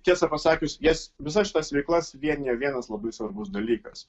tiesą pasakius jas visas šitas veiklas vienija vienas labai svarbus dalykas